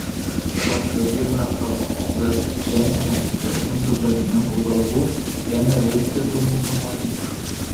tą pačią akimirką virš ceche užrakintų darbininkų galvų ėmė virsti dūmų kamuoliai